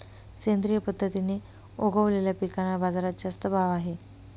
सेंद्रिय पद्धतीने उगवलेल्या पिकांना बाजारात जास्त भाव आहे